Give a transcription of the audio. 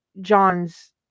John's